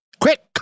Quick